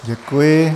Děkuji.